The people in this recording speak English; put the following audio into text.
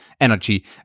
energy